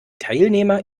teilnehmer